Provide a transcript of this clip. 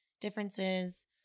differences